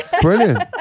Brilliant